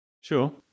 Sure